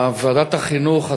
וועדת החינוך,